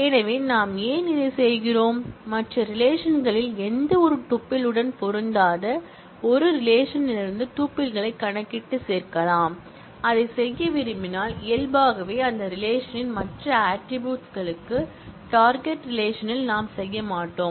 எனவே நாம் ஏன் இதைச் செய்கிறோம் மற்ற ரிலேஷன்களில் எந்தவொரு டூப்பிள் உடன் பொருந்தாத ஒரு ரிலேஷன்லிருந்து டூப்பிள்களைக் கணக்கிட்டு சேர்க்கலாம் அதைச் செய்ய விரும்பினால் இயல்பாகவே அந்த ரிலேஷன் ன் மற்ற ஆட்ரிபூட்ஸ் களுக்கு டார்கெட் ரிலேஷன்ல் நாம் செய்ய மாட்டோம்